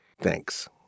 Thanks